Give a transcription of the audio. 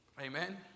Amen